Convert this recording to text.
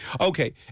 Okay